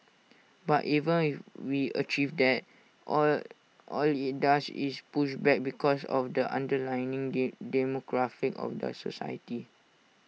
but even if we achieve that all all IT does is push back because of the underlying demographic of the society